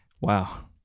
Wow